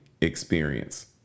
experience